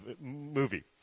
movie